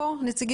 נציג